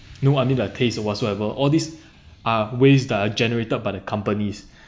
no I mean like taste whatsoever all these are waste ah generated by the companies